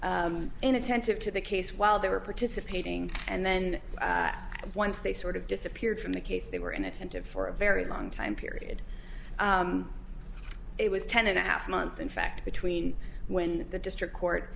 were inattentive to the case while they were participating and then once they sort of disappeared from the case they were inattentive for a very long time period it was ten and a half months in fact between when the district court